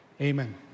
Amen